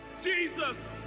Jesus